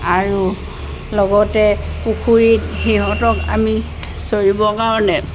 আৰু লগতে পুখুৰীত সিহঁতক আমি চৰিবৰ কাৰণে